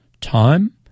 time